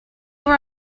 were